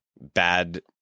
bad